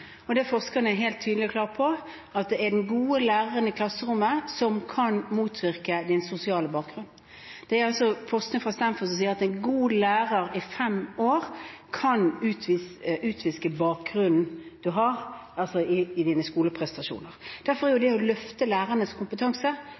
og det forskerne er helt tydelige og klare på, er at det er den gode læreren i klasserommet som kan motvirke din sosiale bakgrunn. Forskning fra Stanford sier at det å ha en god lærer i fem år kan utviske bakgrunnen du har, altså i dine skoleprestasjoner. Derfor er